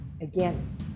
again